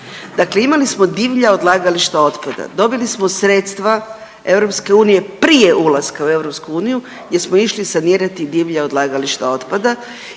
Dakle, imali smo divlja odlagališta otpada, dobili smo sredstva EU prije ulaska u EU jer smo išli sanirati divlja odlagališta otpada